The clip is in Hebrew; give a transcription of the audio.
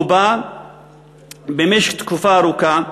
הוא בא במשך תקופה ארוכה,